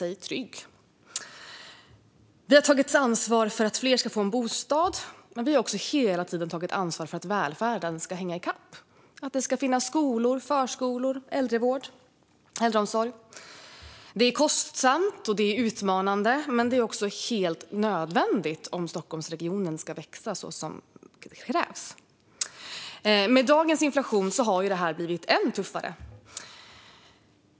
Vi i Sundbybergs kommun har tagit ansvar för att fler ska få en bostad, men vi har också hela tiden tagit ansvar för välfärden - att det ska finnas skolor, förskolor och äldreomsorg. Det är kostsamt, och det är utmanande. Men det är också helt nödvändigt om Stockholmsregionen ska växa så som krävs. Med dagens inflation har detta blivit än tuffare.